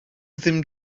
ddim